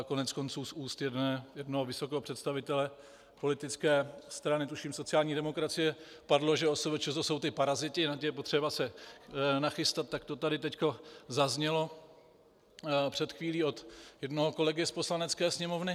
Koneckonců z úst jednoho vysokého představitele politické strany, tuším sociální demokracie, padlo, že OSVČ jsou ti paraziti, na ty je potřeba se nachystat, tak to tady teď zaznělo před chvílí od jednoho kolegy z Poslanecké sněmovny.